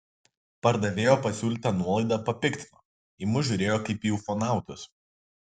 pardavėjo pasiūlyta nuolaida papiktino į mus žiūrėjo kaip į ufonautus